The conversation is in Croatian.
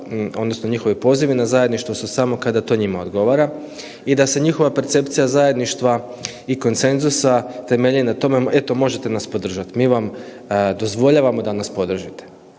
odnosno njihovi pozivi na zajedništvo su samo kada to njima odgovara i da se njihova percepcija zajedništva i konsenzusa temelji na tome "eto možete nas podržati, mi vam dozvoljavamo da nas podržite".